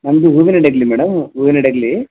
ನಮ್ಮದು ಹೂವಿನ ಹಡಗ್ಲಿ ಮೇಡಮ್ ಹೂವಿನ ಹಡಗ್ಲಿ